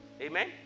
amen